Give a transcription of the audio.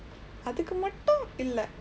அதுக்கு மட்டும் இல்லை:athukku matdum illai